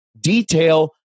Detail